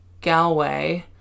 Galway